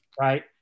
right